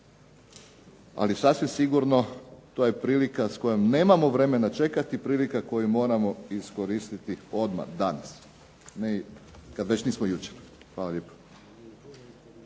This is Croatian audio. Ali sasvim sigurno to je prilika s kojom nemamo vremena čekati, prilika koju moramo iskoristiti odmah danas, kad već nismo jučer. Hvala lijepo.